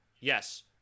Yes